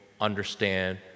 understand